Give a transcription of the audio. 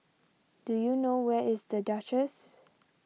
do you know where is the Duchess